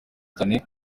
cyane